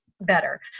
better